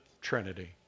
Trinity